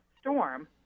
storm